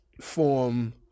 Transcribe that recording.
form